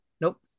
Nope